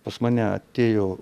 pas mane atėjo